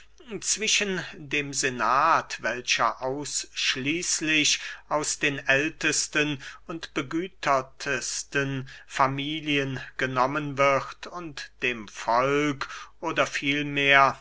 zwischen dem senat welcher ausschließlich aus den ältesten und begütertesten familien genommen wird und dem volk oder vielmehr